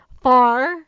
far